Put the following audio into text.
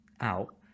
out